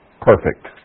perfect